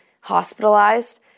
hospitalized